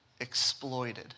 exploited